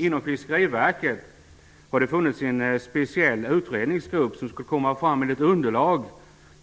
Inom Fiskeriverket har det, herr talman, funnits en speciell utredningsgrupp, som skall ta fram ett underlag